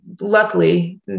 luckily